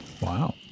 wow